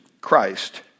Christ